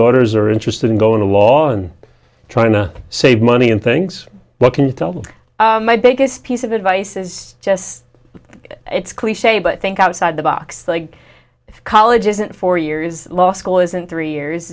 daughters are interested in going to war and trying to save money and things what can you tell me my biggest piece of advice is just it's cliche but think outside the box like college isn't four years law school isn't three years